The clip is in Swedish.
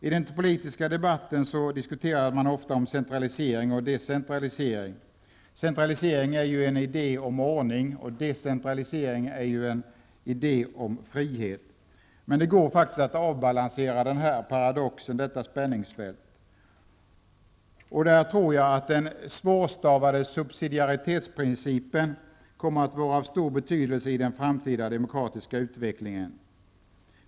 I den politiska debatten diskuteras både centralisering och decentralisering. Centralisering är en idé om ordning, och decentralisering är en idé om frihet. Men det går att avbalansera denna paradox, detta spänningsfält. Här tror jag att den svårstavade subsidiaritetsprincipen kommer att vara av stor betydelse i den framtida demokratiska utvecklingen.